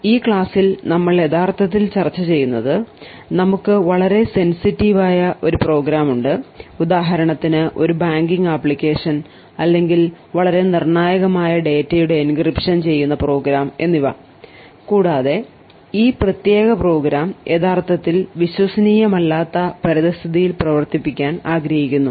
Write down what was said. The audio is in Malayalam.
ഈ പ്രഭാഷണങ്ങളിൽ നമ്മൾ യഥാർത്ഥത്തിൽ ചർച്ച ചെയ്യുന്നത് നമുക്ക് വളരെ സെൻസിറ്റീവ് പ്രോഗ്രാം ഉണ്ട് ഉദാഹരണത്തിന് ഒരു ബാങ്കിംഗ് ആപ്ലിക്കേഷൻ അല്ലെങ്കിൽ വളരെ നിർണായകമായ ഡാറ്റയുടെ എൻക്രിപ്ഷൻ ചെയ്യുന്ന പ്രോഗ്രാം എന്നിവ കൂടാതെ ഈ പ്രത്യേക പ്രോഗ്രാം യഥാർത്ഥത്തിൽ വിശ്വസനീയമല്ലാത്ത പരിസ്ഥിതിയിൽ പ്രവർത്തിപ്പിക്കാൻ ആഗ്രഹിക്കുന്നു